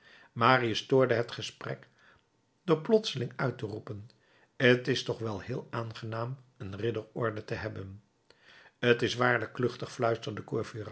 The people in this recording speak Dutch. marius stoorde het gesprek door plotseling uit te roepen t is toch wel heel aangenaam een ridderorde te hebben t is waarlijk kluchtig fluisterde